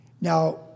Now